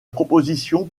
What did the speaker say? propositions